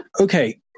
Okay